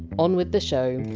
on with the show